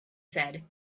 said